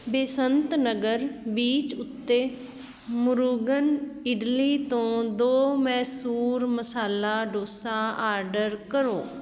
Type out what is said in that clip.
Besant Nagar beach ਉੱਤੇ ਮੁਰੂਗਨ ਇਡਲੀ ਤੋਂ ਦੋ ਮੈਸੂਰ ਮਸਾਲਾ ਡੋਸਾ ਆਰਡਰ ਕਰੋ